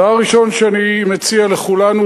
הדבר הראשון שאני מציע לכולנו,